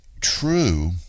true